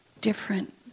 different